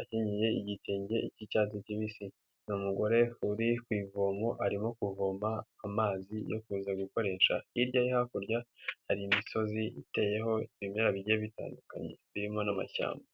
akenyeye igitenge cy'icyatsi kibisi numugore uri ku ivomo arimo kuvoma amazi yo kuza gukoresha, hirya ye hakurya hari imisozi iteyeho ibimera bigiye bitandukanye birimo n'amashyamba.